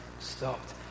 stopped